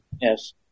Yes